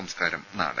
സംസ്കാരം നാളെ